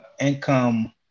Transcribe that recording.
income